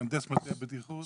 מהנדס בטיחות.